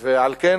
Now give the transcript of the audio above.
על כן,